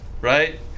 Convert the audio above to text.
right